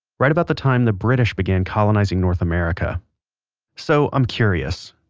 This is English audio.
right about the time the british began colonizing north america so i'm curious,